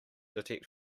detect